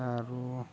ଆରୁ